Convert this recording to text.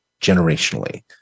generationally